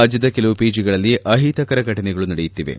ರಾಜ್ಯದ ಕೆಲವು ಪಿಜಿಗಳಲ್ಲಿ ಅಹಿತಕರ ಫಟನೆಗಳು ನಡೆಯುತ್ತಿವೆ